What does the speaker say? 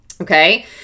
okay